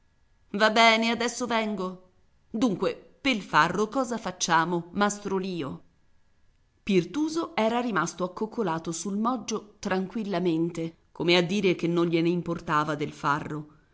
va bene adesso vengo dunque pel farro cosa facciamo mastro lio pirtuso era rimasto accoccolato sul moggio tranquillamente come a dire che non gliene importava del farro